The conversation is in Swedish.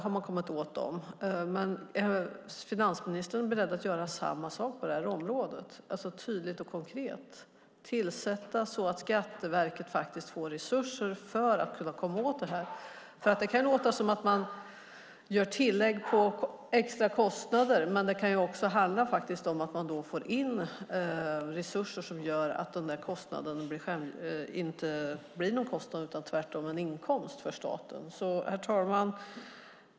Är finansministern beredd att göra samma sak på det här området, det vill säga att tydligt och konkret ge Skatteverket resurser för att komma åt problemet? Det kan låta som att det sker tillägg på extra kostnader, men det kan också handla om att få in resurser så att kostnaderna inte blir några kostnader utan tvärtom en inkomst för staten. Herr talman!